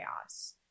chaos